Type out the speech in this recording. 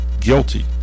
guilty